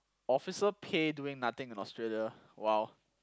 officer pay doing nothing in Australia !wow!